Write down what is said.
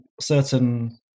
certain